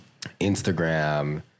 instagram